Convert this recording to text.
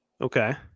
Okay